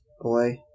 boy